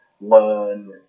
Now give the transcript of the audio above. learn